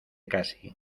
casi